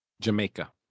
Jamaica